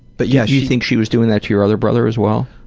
but yeah you think she was doing that to your other brother as well?